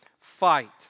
fight